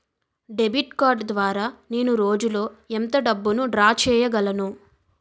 Debit card ద్వారా నేను రోజు లో ఎంత డబ్బును డ్రా చేయగలను?